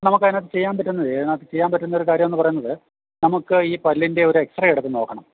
നമുക്ക് അതിനകത്ത് ചെയ്യാൻ പറ്റുന്നതെ ഇതിനകത്ത് ചെയ്യാൻ പറ്റുന്ന ഒരു കാര്യം എന്ന് പറയുന്നത് നമുക്ക് ഈ പല്ലിൻ്റെ ഒരു എക്സ്റേ എടുത്തു നോക്കണം